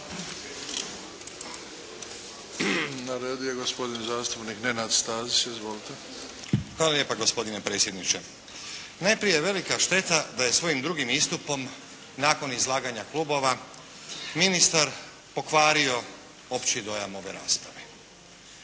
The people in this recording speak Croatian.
Na redu je gospodin zastupnik Nenad Stazić. Izvolite. **Stazić, Nenad (SDP)** Hvala lijepa gospodine predsjedniče. Najprije je velika šteta da je svojim drugim istupom nakon izlaganja klubova ministar pokvario opći dojam ove rasprave.